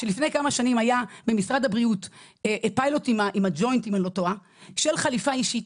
שלפני כמה שנים היה במשרד הבריאות פיילוט עם הג'וינט של חליפה אישית.